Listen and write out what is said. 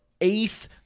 eighth